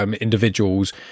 individuals